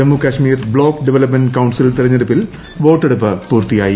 Jammu Kashmir block development council തെരഞ്ഞെടുപ്പിൽ വോട്ടെടുപ്പ് പൂർത്തിയായി